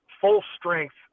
full-strength